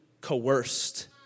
coerced